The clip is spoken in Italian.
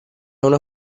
una